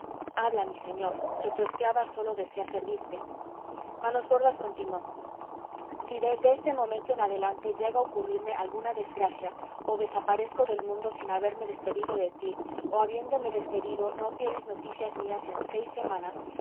habla mi señor que tu esclava sólo desea servirte manos gordas continuó si desde este momento en adelante llega a ocurrirme alguna desgracia o desaparezco del mundo sin haberme despedido de ti o habiéndome despedido no tienes noticias mías en seis semanas